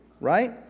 right